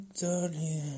darling